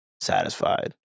satisfied